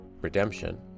redemption